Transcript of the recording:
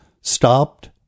stopped